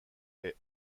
est